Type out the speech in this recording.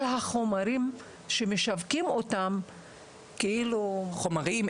החומרים שמשווקים אותם כאילו -- חומרים,